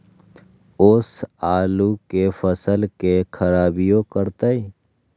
ओस आलू के फसल के खराबियों करतै?